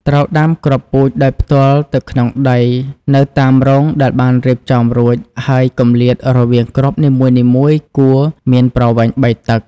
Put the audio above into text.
ត្រូវដាំគ្រាប់ពូជដោយផ្ទាល់ទៅក្នុងដីនៅតាមរងដែលបានរៀបចំរួចហើយគម្លាតរវាងគ្រាប់នីមួយៗគួរមានប្រវែង ៣ តឹក។